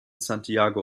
santiago